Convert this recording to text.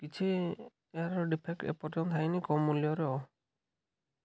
କିଛି ଏହାର ଡିଫେକ୍ଟ ଏପର୍ଯ୍ୟନ୍ତ ହେଇନି କେଉଁ ମୂଲ୍ୟରେ ଆଉ